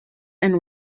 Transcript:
and